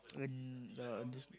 un~ yeah understood